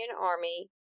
Army